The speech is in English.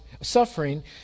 suffering